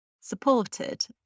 supported